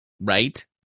right